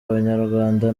abanyarwanda